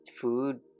food